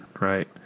right